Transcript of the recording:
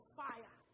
fire